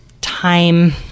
time